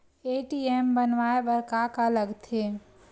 ATM बनवाय बर का का लगथे?